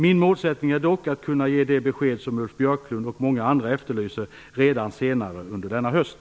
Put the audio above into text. Min målsättning är dock att kunna ge de besked som Ulf Björklund och många andra efterlyser redan senare under denna höst.